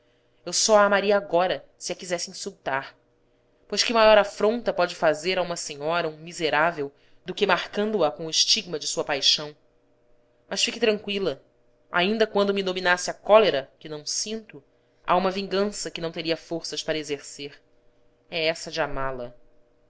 eu só a amaria agora se a quisesse insultar pois que maior afronta pode fazer a uma senhora um miserável do que marcando a com o estigma de sua paixão mas fique tranqüila ainda quando me dominasse a cólera que não sinto há uma vingança que não teria forças para exercer é essa de amá-la